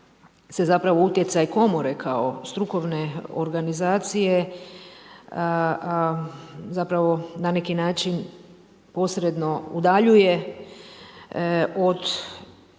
se zapravo utjecaj komore kao strukovne organizacije zapravo na neki način posredno udaljuje od